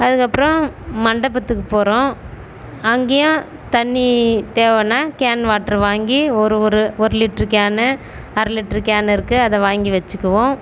அதுக்கப்புறம் மண்டபத்துக்குப் போகிறோம் அங்கேயும் தண்ணி தேவைன்னா கேன் வாட்டர் வாங்கி ஒரு ஒரு ஒரு லிட்ரு கேனு அரை லிட்ரு கேன் இருக்குது அதை வாங்கி வச்சுக்குவோம்